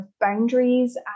boundaries